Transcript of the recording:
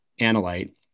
analyte